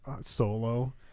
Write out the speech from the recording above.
Solo